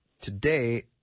today